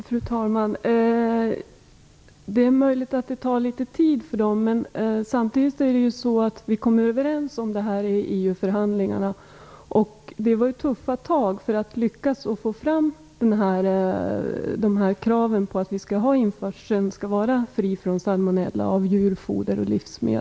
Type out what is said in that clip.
Fru talman! Det är möjligt att det tar litet tid för dem. Men vi kom överens om detta i EU förhandlingarna. Det var tuffa tag för att lyckas få fram dessa krav på att djurfoder och livsmedel som förs in skall vara fria från salmonella.